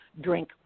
drink